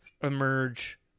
emerge